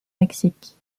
mexique